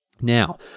Now